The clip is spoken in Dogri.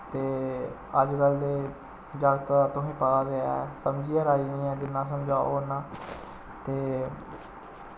ते अज्जकल दे जागत दा तुसेंगी पता ते ऐ समझियै राजी नी हैन जिन्ना समझाओ उ'न्ना ते